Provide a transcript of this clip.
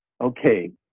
okay